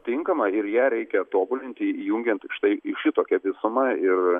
tinkama ir ją reikia tobulinti įjungiant štai į šitokią visumą ir